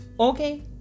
Okay